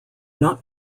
not